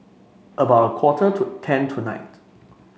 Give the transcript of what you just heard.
about quarter to ten tonight